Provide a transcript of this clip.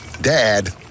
Dad